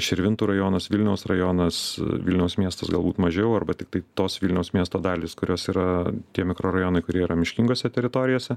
širvintų rajonas vilniaus rajonas vilniaus miestas galbūt mažiau arba tiktai tos vilniaus miesto dalys kurios yra tie mikrorajonai kurie yra miškingose teritorijose